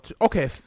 okay